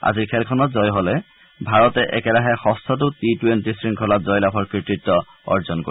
আজিৰ খেলখনত জয় হলে ভাৰতে একেৰাহে ষষ্ঠটো টি টুৱেণ্টি শৃংখলাত জয়লাভৰ কৃতিত্ব অৰ্জন কৰিব